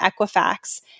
Equifax